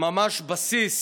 ממש כבסיס